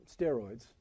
steroids